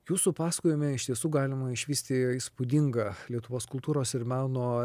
jūsų pasakojime iš tiesų galima išvysti įspūdingą lietuvos kultūros ir meno